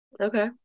Okay